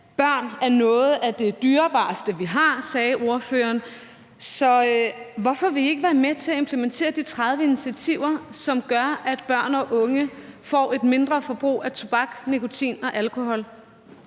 børn er noget af det dyrebareste, vi har, sagde ordføreren. Så hvorfor vil I ikke være med til at implementere de 30 initiativer, som gør, at børn og unge får et mindre forbrug af tobak, nikotin og alkohol?